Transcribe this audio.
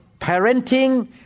parenting